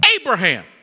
Abraham